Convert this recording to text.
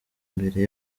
mbere